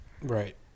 Right